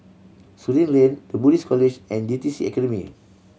Surin Lane The Buddhist College and J T C Academy